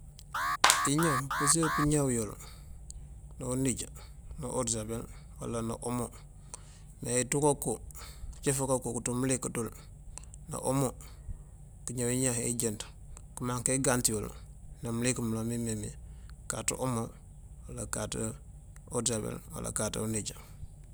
Iňan mpurësir pëňaw yul na uníj na uwoorësabel wala na uwoomo iţu kako icëf kako këtu mlik dul na oomo këňaw iňan ee ijënţ këman këyee gant yul na mlik mëloŋ mi mëmemi kaaţ uwoomo wala kaaţ uworësabel wala kaaţ uníj